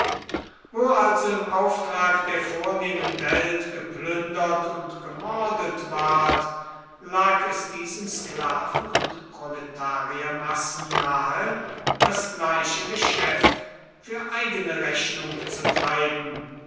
wo also im auftrag der vornehmen welt geplündert und gemordet ward lag es diesen sklaven und proletariermassen nahe das gleiche geschäft für eigene rechnung zu treiben